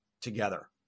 together